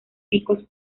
picos